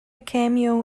cameo